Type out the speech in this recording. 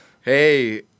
Hey